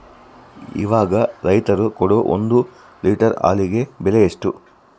ಇವಾಗ ರೈತರು ಕೊಡೊ ಒಂದು ಲೇಟರ್ ಹಾಲಿಗೆ ಬೆಲೆ ಎಷ್ಟು?